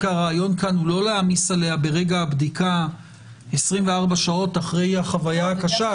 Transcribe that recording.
הרעיון כאן הוא לא להעמיס עליה ברגע הבדיקה 24 שעות אחרי החוויה הקשה.